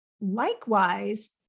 Likewise